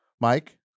Mike